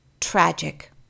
tragic